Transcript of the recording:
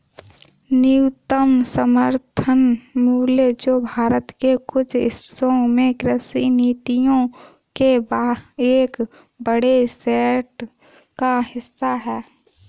न्यूनतम समर्थन मूल्य जो भारत के कुछ हिस्सों में कृषि नीतियों के एक बड़े सेट का हिस्सा है